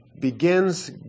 begins